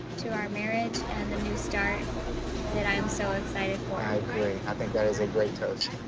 to our marriage and the new start that i am so excited for. i agree great toast.